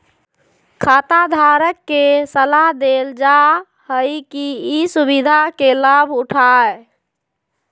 खाताधारक के सलाह देल जा हइ कि ई सुविधा के लाभ उठाय